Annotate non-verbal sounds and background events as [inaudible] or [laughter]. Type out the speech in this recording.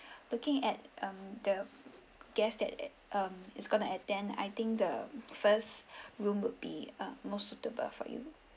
[breath] looking at um the guest that um it's going to attend I think the first [breath] room would be uh more suitable for you